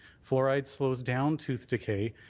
fluoride slows down tooth decay.